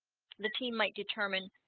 the team might determine